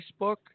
Facebook